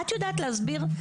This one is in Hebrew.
את יודעת להסביר?